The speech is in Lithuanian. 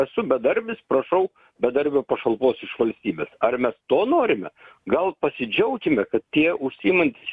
esu bedarbis prašau bedarbio pašalpos iš valstybės ar mes to norime gal pasidžiaukime kad tie užsiimantys